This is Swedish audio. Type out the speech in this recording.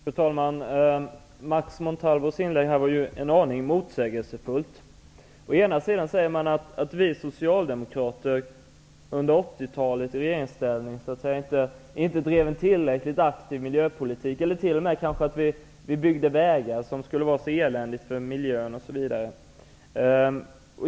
Fru talman! Max Montalvos inlägg här var en aning motsägelsefullt. Han sade att vi socialdemokrater under 80-talet i regeringsställning inte drev en tillräckligt aktiv miljöpolitik, eller t.o.m. att vi byggde vägar som skulle vara så eländigt för miljön osv.